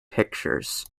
pictures